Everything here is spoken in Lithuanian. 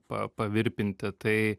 pa pavirpinti tai